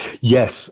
yes